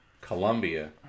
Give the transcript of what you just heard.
Colombia